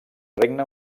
regne